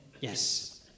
Yes